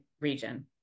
region